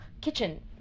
Kitchen